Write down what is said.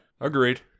Agreed